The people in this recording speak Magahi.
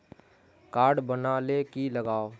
कार्ड बना ले की लगाव?